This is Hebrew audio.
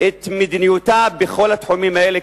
את מדיניותה בכל התחומים האלה,